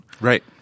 Right